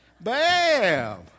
Bam